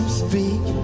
speak